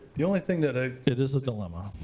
the only thing that i it is a dilemma.